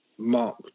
Mark